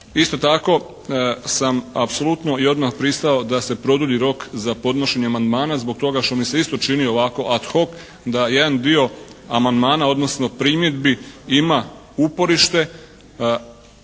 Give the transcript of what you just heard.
Isto tako sam apsolutno i odmah pristao da se produlji rok za podnošenje amandmana zbog toga što i se isto čini ovako ad hoc da jedan dio amandmana, odnosno primjedbi ima uporište,